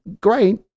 Great